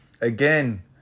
Again